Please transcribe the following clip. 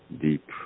Deep